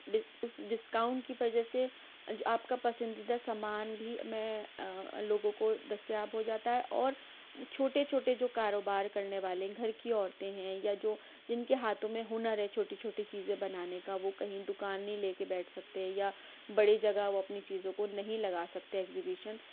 ڈس اس ڈسکاؤنٹ کی وجہ سے جو آپ کا پسندیدہ سامان بھی میں لوگوں کو دستیاب ہو جاتا ہے اور چھوٹے چھوٹے جو کاروبار کرنے والے گھر کی عورتیں ہیں یا جو جن کے ہاتھوں میں ہنر ہے چھوٹی چھوٹی چیزیں بنانے کا وہ کہیں دکان نئیں لے کے بیٹھ سکتے ہیں یا بڑی جگہ وہ اپنی چیزوں کو نہیں لگا سکتے ایکزیبیشن